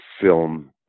film